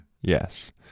Yes